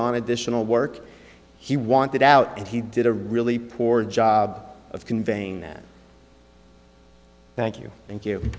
on additional work he wanted out and he did a really poor job of conveying that thank you thank you